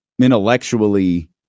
intellectually